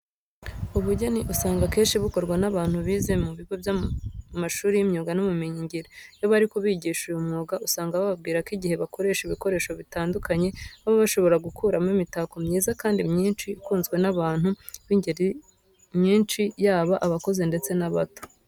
Ubugeni usanga akenshi bukorwa n'abantu bize mu bigo by'amashuri y'imyuga n'ubumenyingiro. Iyo bari kubigisha uyu mwuga usanga bababwira ko igihe bakoresheje ibikoresho bitandukanye baba bashobora gukuramo imitako myiza kandi myinshi ikunzwe n'abantu b'ingeri nyinshi yaba abakuze ndetse n'abato.